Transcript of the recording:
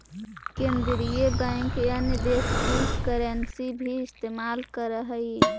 केन्द्रीय बैंक अन्य देश की करन्सी भी इस्तेमाल करअ हई